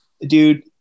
Dude